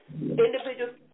Individuals